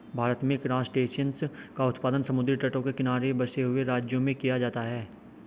भारत में क्रासटेशियंस का उत्पादन समुद्री तटों के किनारे बसे हुए राज्यों में किया जाता है